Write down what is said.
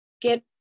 get